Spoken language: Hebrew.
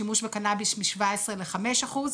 שימוש בקנביס משבע עשרה לחמישה אחוז,